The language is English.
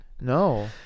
No